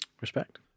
Respect